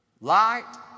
light